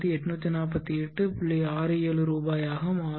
67 ரூபாயாக மாறும்